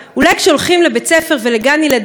אולי כשהולכים לבית ספר ולגן ילדים,